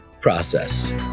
process